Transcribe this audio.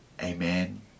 Amen